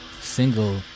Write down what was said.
single